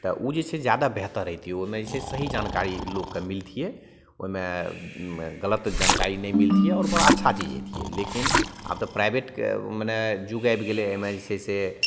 तऽ ओ जे छै जादा बेहतर होतिए ओहिमे जे छै से सही जानकारी लोकके मिलतिए ओहिमे गलत जानकारी नहि मिलतिए आओर बड़ा अच्छा चीज होतिए लेकिन आब तऽ प्राइवेटके मने जुग आबि गेलै एहिमे जे छै से